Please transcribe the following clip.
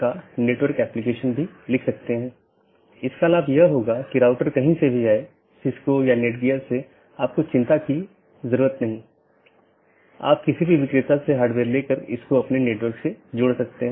और यह बैकबोन क्षेत्र या बैकबोन राउटर इन संपूर्ण ऑटॉनमस सिस्टमों के बारे में जानकारी इकट्ठा करता है